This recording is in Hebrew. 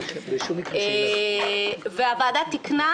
הוועדה תיקנה